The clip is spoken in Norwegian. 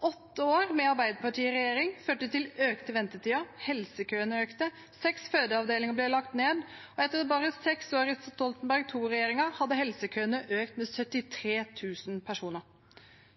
Åtte år med Arbeiderparti-regjering førte til økte ventetider. Helsekøene økte, og seks fødeavdelinger ble lagt ned. Etter bare seks år med Stoltenberg II-regjeringen hadde helsekøene økt med 73 000 personer.